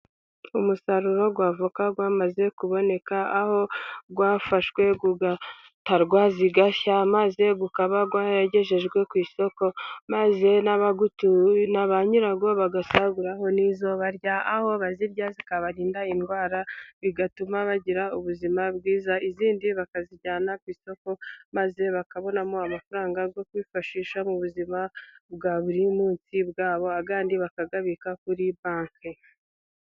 Umusaruro wa avoka, wamaze kuboneka. Aho wafashwe, ugatarwa, zigashya. Maze ukaba waragejejwe ku isoko. Maze naba nyirawo bagasaguraho n’izo barya. Ahobazirya zikabarinda indwara, bigatuma bagira ubuzima bwiza. Izindi bakazijyana ku isoko maze bakabonamo amafaranga yo kwifashisha mu buzima bwa buri munsi bwabo andi bakayabika kuri banki.